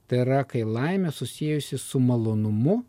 tai yra kai laimė susijusi su malonumu